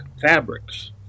fabrics